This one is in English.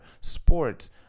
sports